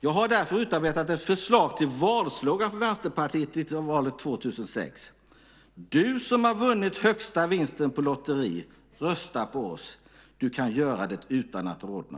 Jag har därför utarbetat ett förslag till valslogan för Vänsterpartiet i valet 2006: Du som har vunnit högsta vinsten på lotteri, rösta på oss! Du kan göra det utan att rodna.